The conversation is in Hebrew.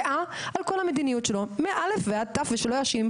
מירי, לא טעות.